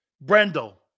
Brendel